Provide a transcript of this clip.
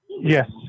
Yes